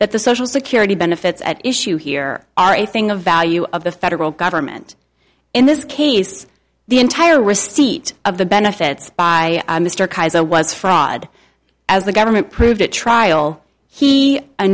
that the social security benefits at issue here are a thing of value of the federal government in this case the entire receipt of the benefits by mr kaiser was fraud as the government proved it trial he